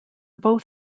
both